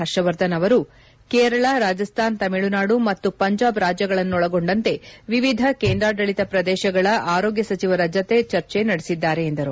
ಪರ್ಷವರ್ಧನ್ ಅವರು ಕೇರಳ ರಾಜಸ್ತಾನ್ ತಮಿಳುನಾಡು ಮತ್ತು ಪಂಜಾಬ್ ರಾಜ್ಗಳನ್ನೊಳಗೊಂಡಂತೆ ವಿವಿಧ ಕೇಂದ್ರಾಡಳಿತ ಪ್ರದೇಶಗಳ ಆರೋಗ್ಗ ಸಚಿವರ ಜೊತೆ ಚರ್ಚೆ ನಡೆಸಿದ್ದಾರೆ ಎಂದರು